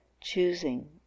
Choosing